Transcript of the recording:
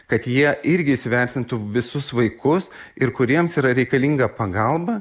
kad jie irgi įsivertintų visus vaikus ir kuriems yra reikalinga pagalba